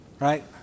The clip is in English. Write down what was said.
right